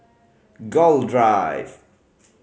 Gul Drive